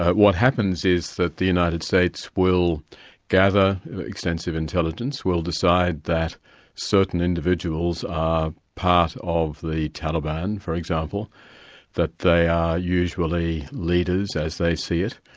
what happens is that the united states will gather extensive intelligence will decide that certain individuals are part of the taliban, for example that they are usually leaders as they see it,